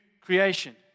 creation